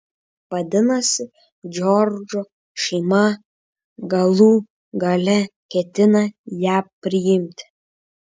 vadinasi džordžo šeima galų gale ketina ją priimti